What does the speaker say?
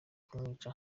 kumwica